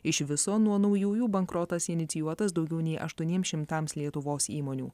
iš viso nuo naujųjų bankrotas inicijuotas daugiau nei aštuoniems šimtams lietuvos įmonių